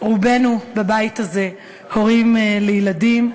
רובנו בבית הזה הורים לילדים,